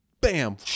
bam